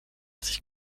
sich